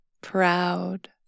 proud